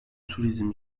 turizm